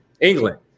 England